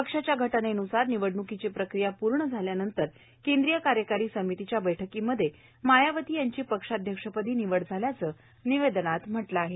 पक्षाच्या घटनेनुसार निवडण्कीची प्रक्रिया पूर्ण झाल्यानंतर केंद्रीय कार्यकारी समितीच्या बैठकीमध्ये मायावती यांची पक्षाध्यक्षपदी निवड झाल्याचं निवेदनात म्हटलं आहे